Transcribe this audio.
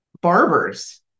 Barbers